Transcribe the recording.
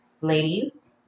ladies